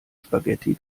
spaghetti